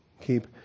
Keep